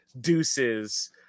Deuces